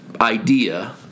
idea